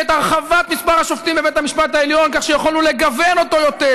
ואת הרחבת מספר השופטים בבית המשפט העליון כך שיכולנו לגוון אותו יותר.